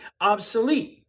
obsolete